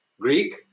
Greek